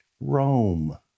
Rome